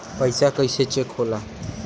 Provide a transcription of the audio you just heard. पैसा कइसे चेक होला?